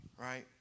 Right